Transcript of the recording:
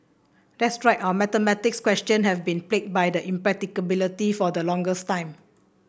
that's right our mathematics question have been plagued by impracticality for the longest time